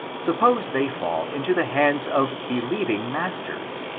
suppose they fall into the hands of believing masters,